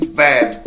bad